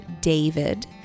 David